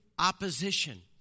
opposition